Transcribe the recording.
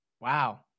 Wow